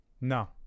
No